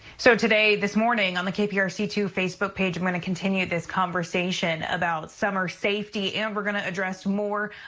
so today this morning on the kprc two facebook page, i'm going to continue this conversation about summer safety, and we're going to address more,